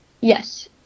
yes